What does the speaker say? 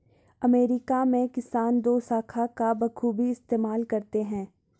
America में किसान दोशाखा का बखूबी इस्तेमाल करते हैं